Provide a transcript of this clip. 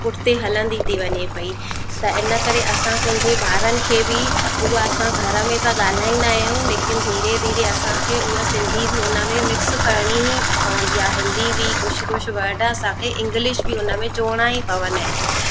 पुठिते हलंदी थी वञे पई त इन करे असां पंहिंजे ॿारनि खे बि उहा असां घर में त ॻाल्हाईंदा थियूं लेकिन धीरे धीरे असांखे उहा सिंधी बि उन में मिक्स करिणी ई पवंदी आहे हिंदी बि कुझु कुझु वर्ड असांखे इंग्लिश बि उन में जोड़णा ई पवंदा आहिनि